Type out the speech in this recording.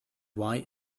why